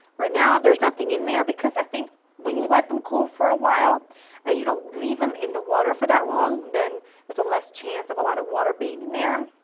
right now there's nothing in there because i think when you let them cool for a while and you don't leave them in the water for that long, then but there's less chance of a lot of water being in there,